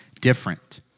different